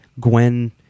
Gwen